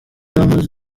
amaze